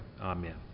Amen